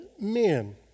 men